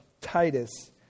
Titus